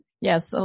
yes